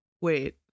Wait